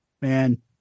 man